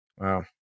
Wow